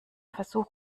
versuch